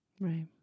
Right